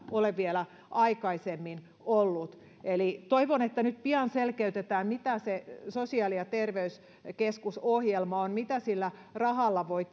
ole vielä aikaisemmin ollut eli toivon että nyt pian selkeytetään mitä se sosiaali ja terveyskeskusohjelma on mitä sillä rahalla voi